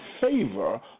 favor